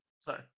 Sorry